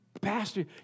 Pastor